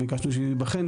ביקשנו שייבחן.